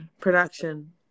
production